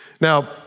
Now